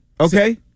Okay